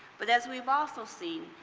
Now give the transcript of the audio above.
but as we have also seen,